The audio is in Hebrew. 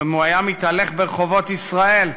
אם הוא היה מתהלך ברחובות ישראל,